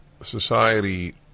Society